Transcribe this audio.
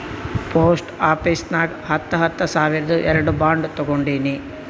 post office ನಾಗ್ ಹತ್ತ ಹತ್ತ ಸಾವಿರ್ದು ಎರಡು ಬಾಂಡ್ ತೊಗೊಂಡೀನಿ